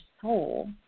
soul